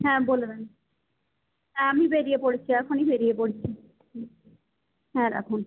হ্যাঁ বলে দেবেন হ্যাঁ আমি বেড়িয়ে পড়ছি এখনই বেড়িয়ে পড়ছি হুম হ্যাঁ রাখুন